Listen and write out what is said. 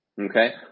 okay